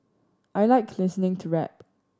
I like listening to rap